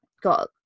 got